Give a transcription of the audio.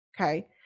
Okay